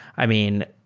i mean,